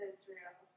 Israel